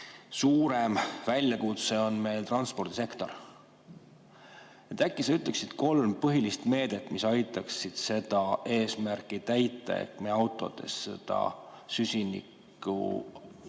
suurem väljakutse on meie transpordisektor. Äkki sa ütleksid kolm põhilist meedet, mis aitaksid seda eesmärki täita, et me autodes [mingeid]